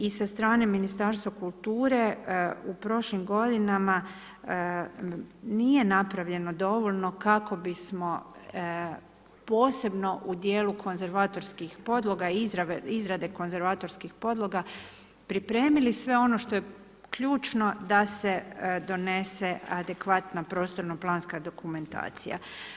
I sa strane Ministarstva kulture u prošlim godinama nije napravljeno dovoljno kako bismo posebno u dijelu konzervatorskih podloga i izrade konzervatorskih podloga pripremili sve ono što je ključno da se donese adekvatna prostorno planska dokumentacija.